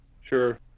Sure